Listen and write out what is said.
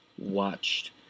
watched